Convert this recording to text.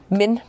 men